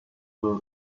will